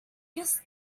guess